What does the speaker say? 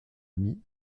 amie